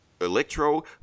Electro